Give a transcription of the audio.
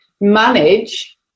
manage